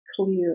clear